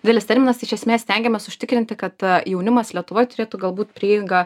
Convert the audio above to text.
didelis terminas iš esmės stengiamės užtikrinti kad jaunimas lietuvoj turėtų galbūt prieigą